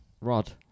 Rod